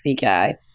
guy